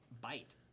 bite